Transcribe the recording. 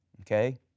Okay